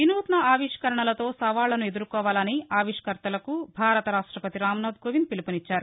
వినూత్న ఆవిష్కరణలతో సవాళ్లను ఎదుర్కోవాలని ఆవిష్కర్తలకు భారత రాష్టపతి రామ్ నాథ్ కోవింద్ పిలుపునిచ్చారు